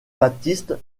baptiste